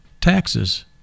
Taxes